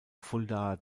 fuldaer